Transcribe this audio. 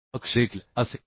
अक्ष देखील असेल